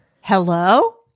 Hello